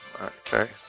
Okay